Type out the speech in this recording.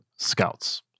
scouts